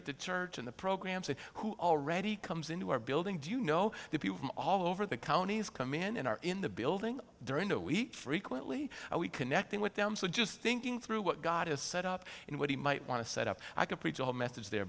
at the church in the programs and who already comes into our building do you know the people from all over the counties come in and are in the building during the week frequently we connecting with them so just thinking through what god has set up and what he might want to set up i can preach all methods there